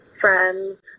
friends